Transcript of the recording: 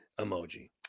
emoji